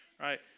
right